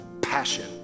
passion